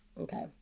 okay